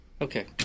okay